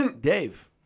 Dave